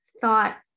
thought